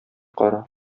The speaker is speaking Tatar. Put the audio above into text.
кара